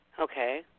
okay